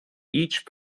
each